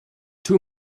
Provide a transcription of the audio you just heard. two